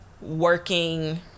working